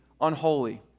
unholy